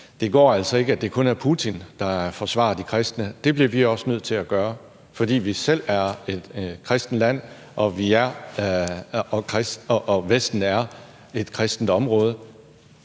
det går altså ikke, at det kun er Putin, der forsvarer de kristne – det bliver vi også nødt til at gøre, fordi vi selv er et kristent land, og Vesten er et kristent område?